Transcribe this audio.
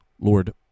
Lord